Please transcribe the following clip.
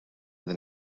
with